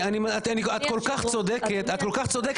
את כל כך צודקת.